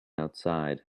outside